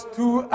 two